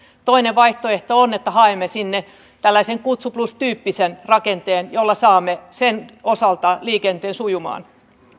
toinen vaihtoehto on että haemme sinne tällaisen kutsuplus tyyppisen rakenteen jolla saamme sen osalta liikenteen sujumaan